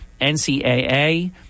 NCAA